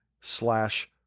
slash